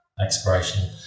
expiration